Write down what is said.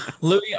Louis